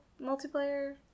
multiplayer